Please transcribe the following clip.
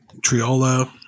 Triolo